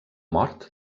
mort